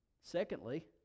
Secondly